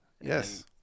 Yes